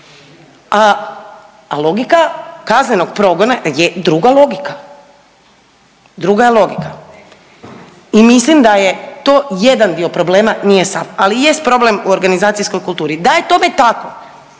a logika kaznenog progona je druga logika, druga je logika i mislim da je to jedan dio problema, nije sav, ali jest problem u organizacijskoj kulturi. Da je tome tako,